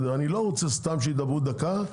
אני לא רוצה שסתם ידברו דקה.